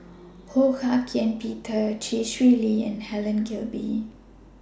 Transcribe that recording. Ho Hak Ean Peter Chee Swee Lee and Helen Gilbey